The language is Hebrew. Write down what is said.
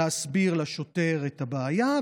צריך להסביר לשוטר את הבעיה,